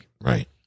Right